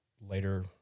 later